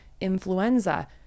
influenza